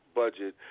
budget